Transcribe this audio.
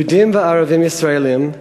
יהודים וערבים ישראלים,